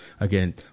again